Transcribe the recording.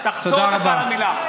תחזור בך מהמילה.